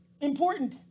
important